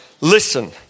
Listen